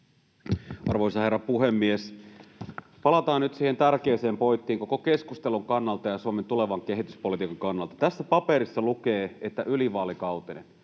Arvoisa herra puhemies! Palataan nyt siihen tärkeään pointtiin koko keskustelun kannalta ja Suomen tulevan kehityspolitiikan kannalta: Tässä paperissa lukee ”ylivaalikautinen”.